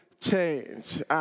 change